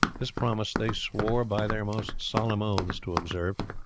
this promise they swore by their most solemn oaths to observe,